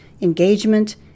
engagement